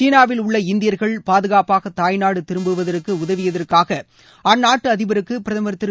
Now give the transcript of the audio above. சீனாவில் உள்ள இந்தியர்கள் பாதுகாப்பாக தாய்நாடு திரும்புவதற்கு உதவியதற்காக அற்நாட்டு அதிபருக்கு பிரதமர் திரு